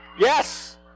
Yes